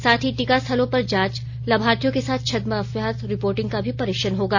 साथ ही टीका स्थलों पर जांच लाभार्थियों के साथ छदम अभ्यास रिपोर्टिंग का भी परीक्षण होगा